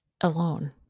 alone